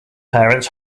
parents